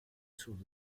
sul